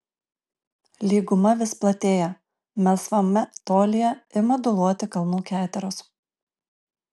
lyguma vis platėja melsvame tolyje ima dūluoti kalnų keteros